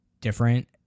different